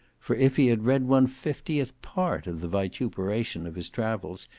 for if he had read one-fiftieth part of the vituperation of his travels,